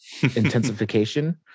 intensification